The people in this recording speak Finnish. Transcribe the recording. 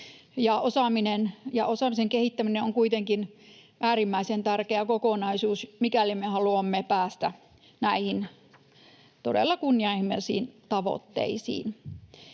osaamisen kehittäminen on kuitenkin äärimmäisen tärkeä kokonaisuus, mikäli me haluamme päästä näihin todella kunnianhimoisiin tavoitteisiin.